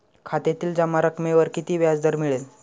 खात्यातील जमा रकमेवर किती व्याजदर मिळेल?